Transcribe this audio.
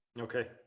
okay